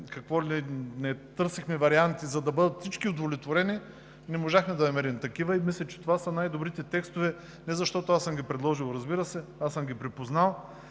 какво ли не, търсихме варианти, за да бъдат всички удовлетворени, не можахме да намерим такива и мисля, че това са най-добрите текстове – не защото аз съм ги предложил, разбира се, аз съм ги припознал.